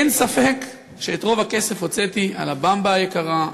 אין ספק שאת רוב הכסף הוצאתי על ה"במבה" היקרה,